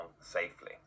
safely